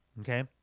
okay